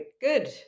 Good